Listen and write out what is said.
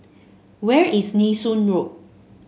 where is Nee Soon Road